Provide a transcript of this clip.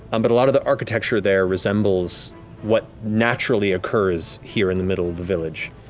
um but a lot of the architecture there resembles what naturally occurs here in the middle of the village,